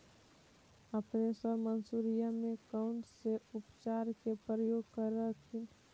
अपने सब मसुरिया मे कौन से उपचार के प्रयोग कर हखिन?